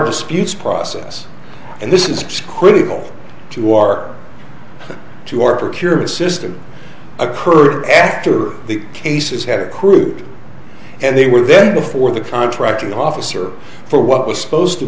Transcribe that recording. disputes process and this is critical to our to our procurement system occurred after the cases had accrued and they were then before the contracting officer for what was supposed to